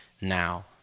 now